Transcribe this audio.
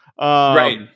Right